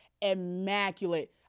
immaculate